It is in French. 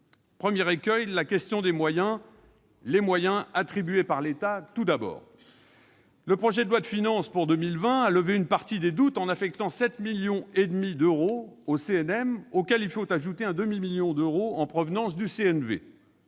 Premier écueil : la question des moyens, et tout d'abord ceux attribués par l'État. Le projet de loi de finances pour 2020 a levé une partie des doutes, en affectant 7,5 millions d'euros au CNM, auxquels il faut ajouter un demi-million d'euros en provenance du CNV.